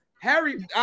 Harry